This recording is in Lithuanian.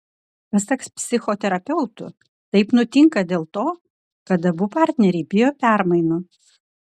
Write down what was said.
pasak psichoterapeutų taip nutinka dėl to kad abu partneriai bijo permainų